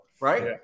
right